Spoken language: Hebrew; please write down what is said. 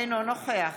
אינו נוכח